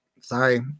Sorry